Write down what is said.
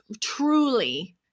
truly